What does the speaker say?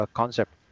concept